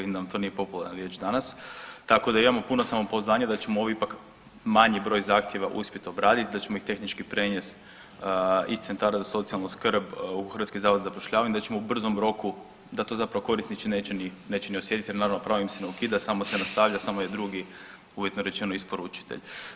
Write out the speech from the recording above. Vidim da vam to nije popularna riječ danas, tako da imamo puno samopouzdanje da ćemo ovaj ipak manji broj zahtjeva uspjeti obraditi, da ćemo ih tehnički prenesti iz Centara za socijalnu skrb u Hrvatski zavod za zapošljavanje, da ćemo u brzom roku, da to zapravo korisnici neće ni osjetiti jer naravno pravo im se ne ukida samo se nastavlja, samo je drugi uvjetno rečeno isporučitelj.